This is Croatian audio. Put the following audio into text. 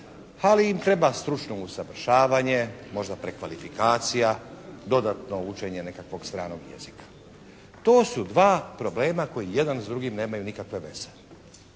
ali im treba stručno usavršavanje, možda prekvalifikacija, dodatno učenje nego stranog jezika. To su dva problema koji jedan s drugim nemaju nikakve veze.